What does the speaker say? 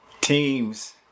teams